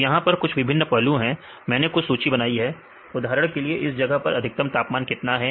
तो यहां पर कुछ विभिन्न पहलू है मैंने कुछ सूची बनाई है उदाहरण के लिए उस जगह पर अधिकतम तापमान कितना है